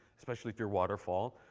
especially if you're waterfall.